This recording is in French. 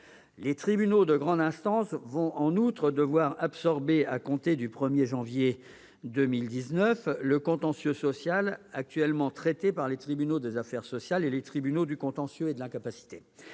Les tribunaux de grande instance vont en outre devoir absorber, à compter du 1 janvier 2019, le contentieux social actuellement traité par les tribunaux des affaires sociales et les tribunaux du contentieux et de l'incapacité,